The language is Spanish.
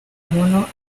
mono